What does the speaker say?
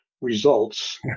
results